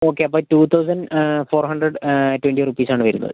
okay അപ്പോൾ two thousand four hundred twenty rupees ആണ് വരുന്നത്